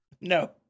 No